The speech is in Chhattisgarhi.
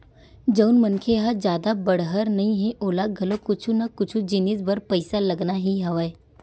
जउन मनखे ह जादा बड़हर नइ हे ओला घलो कुछु ना कुछु जिनिस बर पइसा लगना ही हवय